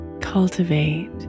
cultivate